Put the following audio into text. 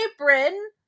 apron